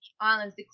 islands